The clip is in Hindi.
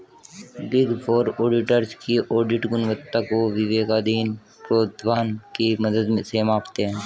बिग फोर ऑडिटर्स की ऑडिट गुणवत्ता को विवेकाधीन प्रोद्भवन की मदद से मापते हैं